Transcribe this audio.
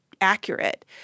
accurate